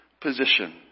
position